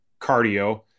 cardio